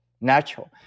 natural